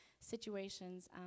situations